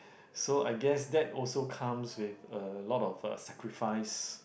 so I guess that also comes with a lot of uh sacrifice